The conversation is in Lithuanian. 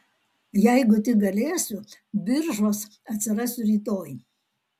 jeigu tik galėsiu biržuos atsirasiu rytoj